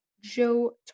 Joe